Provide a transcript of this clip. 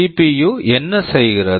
CPU CPUஎன்ன செய்கிறது